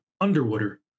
underwater